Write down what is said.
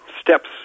steps